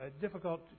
Difficult